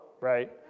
Right